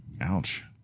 Ouch